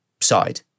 side